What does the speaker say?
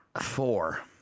Four